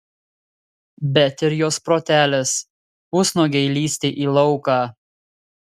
bet ir jos protelis pusnuogei lįsti į lauką